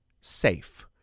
SAFE